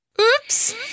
Oops